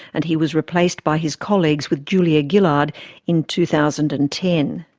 and he was replaced by his colleagues with julia gillard in two thousand and ten.